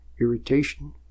irritation